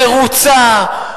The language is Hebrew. מרוצה,